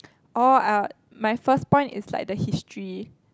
orh uh my first point is like the history